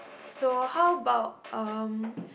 so how about um